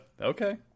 Okay